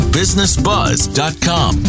businessbuzz.com